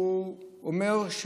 הוא אומר,